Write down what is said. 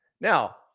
Now